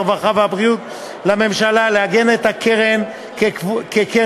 הרווחה והבריאות לממשלה לעגן את הקרן כקרן